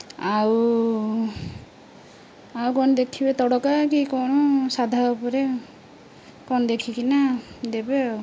ଆଉ ଆଉ କ'ଣ ଦେଖିବେ ତଡ଼କା କି କ'ଣ ସାଧା ଉପରେ କଣ ଦେଖିକିନା ଦେବେ ଆଉ